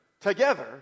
together